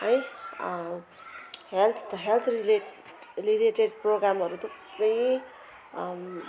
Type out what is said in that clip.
health health relate related प्रोग्रामहरू थुप्रै